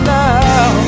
now